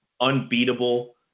unbeatable